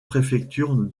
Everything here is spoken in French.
préfecture